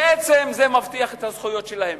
בעצם זה מבטיח את הזכויות שלהם.